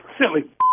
silly